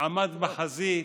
עמד בחזית,